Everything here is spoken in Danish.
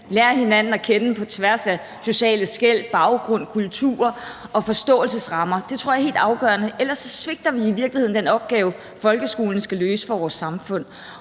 lære hinanden at kende på tværs af sociale skel, baggrunde, kulturer og forståelsesrammer. Det tror jeg er helt afgørende. Ellers svigter vi i virkeligheden at løse den opgave, folkeskolen har i vores samfund.